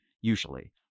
usually